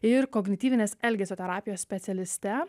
ir kognityvinės elgesio terapijos specialiste